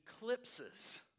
eclipses